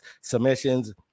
submissions